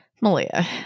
Malia